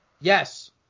Yes